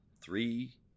three